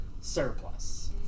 Surplus